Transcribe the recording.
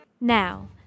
Now